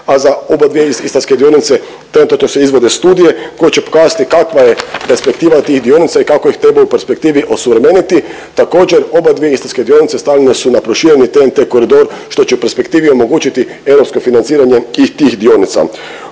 a za obadvije istarske dionice trenutačno se izvode studije koje će pokazati kakva je perspektiva tih dionica i kako ih treba u perspektivi osuvremeniti. Također obadvije istarske dionice stavljene su na prošireni TEN-T koridor, što će u perspektivi omogućiti europsko financiranje tih, tih dionici.